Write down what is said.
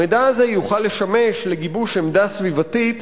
המידע הזה יוכל לשמש לגיבוש עמדה סביבתית